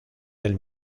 del